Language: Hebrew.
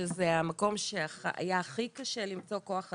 שזה המקום שהיה הכי קשה למצוא כוח אדם,